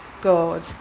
God